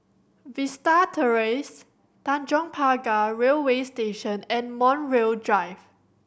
Vista Terrace Tanjong Pagar Railway Station and Montreal Drive